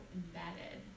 embedded